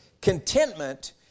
contentment